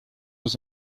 was